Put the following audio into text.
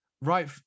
right